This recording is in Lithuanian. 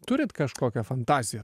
turit kažkokią fantaziją